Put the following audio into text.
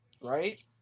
right